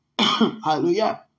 Hallelujah